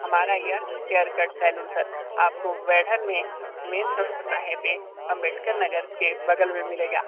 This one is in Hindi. हमारा यह हेअरकट सलौन सर आपको वैढ़न में मेन चौराहे पे अंबेडकर नगर के बगल में मिलेगा